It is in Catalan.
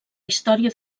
història